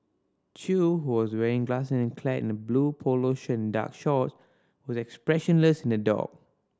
Chew who was wearing glass and clad in a blue polo shirt and dark shorts was expressionless in the dock